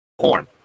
horn